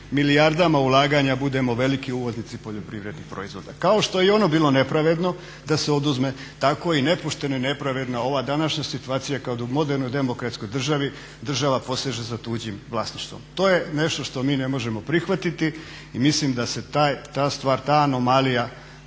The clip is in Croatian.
milijardama ulaganja budemo veliki uvoznici poljoprivrednih proizvoda. Kao što je i ono bilo nepravedno da se oduzme tako i nepošteno i nepravedno ova današnja situacija kada u modernoj demokratskoj državi država poseže za tuđim vlasništvo. To je nešto što mi ne možemo prihvatiti i mislim da se ta anomalija